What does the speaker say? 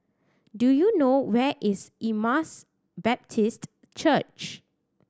do you know where is Emmaus Baptist Church